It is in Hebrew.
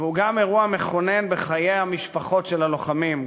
והוא גם אירוע מכונן בחיי המשפחות של הלוחמים,